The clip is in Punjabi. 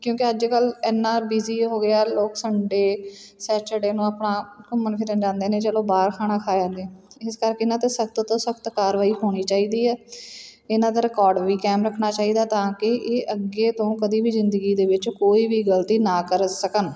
ਕਿਉਂਕਿ ਅੱਜ ਕੱਲ੍ਹ ਐਨਾ ਬਿਜ਼ੀ ਹੋ ਗਿਆ ਲੋਕ ਸੰਡੇ ਸੈਚਰਡੇ ਨੂੰ ਆਪਣਾ ਘੁੰਮਣ ਫਿਰਨ ਜਾਂਦੇ ਨੇ ਚਲੋ ਬਾਹਰ ਖਾਣਾ ਖਾ ਆਉਂਦੇ ਇਸ ਕਰਕੇ ਇਹਨਾਂ 'ਤੇ ਸਖਤ ਤੋਂ ਸਖਤ ਕਾਰਵਾਈ ਹੋਣੀ ਚਾਹੀਦੀ ਹੈ ਇਹਨਾਂ ਦਾ ਰਿਕੋਡ ਵੀ ਕਾਇਮ ਰੱਖਣਾ ਚਾਹੀਦਾ ਤਾਂ ਕਿ ਇਹ ਅੱਗੇ ਤੋਂ ਕਦੀ ਵੀ ਜ਼ਿੰਦਗੀ ਦੇ ਵਿੱਚ ਕੋਈ ਵੀ ਗਲਤੀ ਨਾ ਕਰ ਸਕਣ